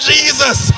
Jesus